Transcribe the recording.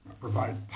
provide